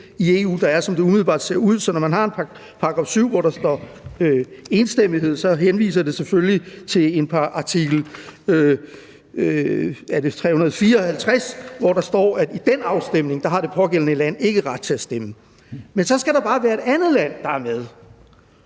i EU er, som det umiddelbart ser ud. Så når man har en paragraf 7, hvori der står enstemmighed, så henviser det selvfølgelige til artikel 354, hvori der står, at i den afstemning har det pågældende land ikke ret til at stemme. Men så skal der bare være et andet land, der er med.